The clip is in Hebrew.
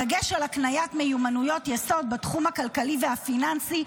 בדגש על הקניית מיומנויות יסוד בתחום הכלכלי והפיננסי,